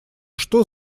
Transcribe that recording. что